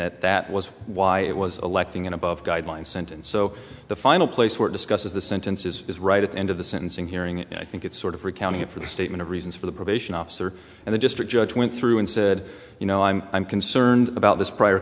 that that was why it was electing an above guideline sentence so the final place where discusses the sentences is right at the end of the sentencing hearing i think it's sort of recounting it for the statement of reasons for the probation officer and the district judge went through and said you know i'm i'm concerned about this prior